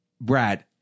Brad